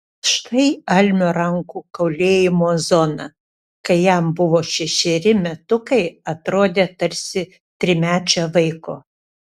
štai almio rankų kaulėjimo zona kai jam buvo šešeri metukai atrodė tarsi trimečio vaiko